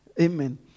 Amen